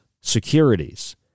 securities